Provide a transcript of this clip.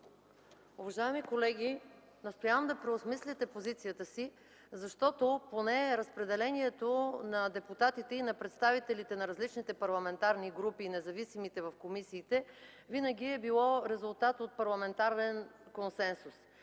Уважаеми колеги, настоявам да преосмислите позицията си, защото поне разпределението на представителите на различните парламентарни групи и независимите в комисиите винаги е било резултат от парламентарен консенсус